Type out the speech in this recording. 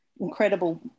incredible